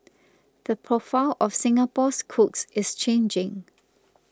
the profile of Singapore's cooks is changing